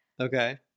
okay